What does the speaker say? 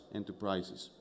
enterprises